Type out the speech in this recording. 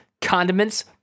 condiments